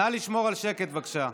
נא לשמור על שקט, בבקשה.